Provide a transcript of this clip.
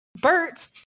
Bert